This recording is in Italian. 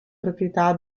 proprietà